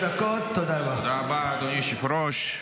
--- תודה רבה, אדוני היושב-ראש.